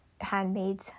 handmade